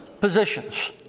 positions